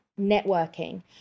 networking